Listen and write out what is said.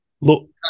Look